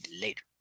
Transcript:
Later